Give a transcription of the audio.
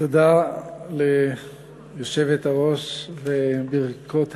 תודה ליושבת-ראש וברכות הצלחה.